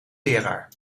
leraar